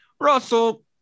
Russell